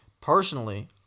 Personally